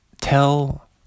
Tell